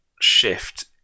shift